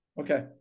okay